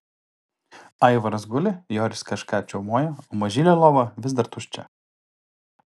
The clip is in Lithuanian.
aivaras guli joris kažką čiaumoja o mažylio lova vis dar tuščia